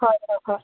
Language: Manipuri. ꯍꯣꯏ ꯍꯣꯏ ꯍꯣꯏ